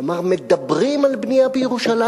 כלומר, מדברים על בנייה בירושלים.